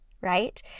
right